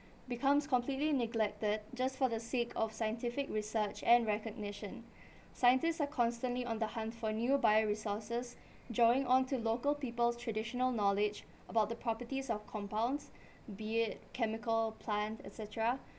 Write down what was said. becomes completely neglected just for the sake of scientific research and recognition scientists are constantly on the hunt for new bioresources joined on to local people's traditional knowledge about the properties of compounds be it chemical plants et cetera